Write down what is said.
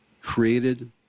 created